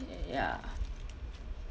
y~ ya